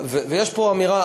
ויש פה אמירה.